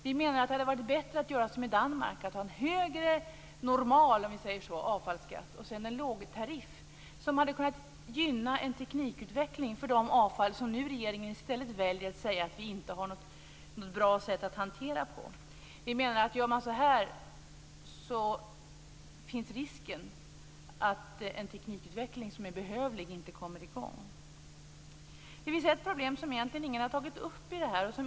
Vi menar att det hade varit bättre att göra som i Danmark, att ha en högre "normal" avfallsskatt och sedan en lågtariff. Detta hade kunnat gynna en teknikutveckling för det avfall om vilket regeringen nu i stället väljer att säga att vi inte har något bra sätt att hantera det. Vi menar att om man gör så här finns risken att den teknikutveckling som är behövlig inte kommer i gång. Det finns ett problem som egentligen ingen har tagit upp här.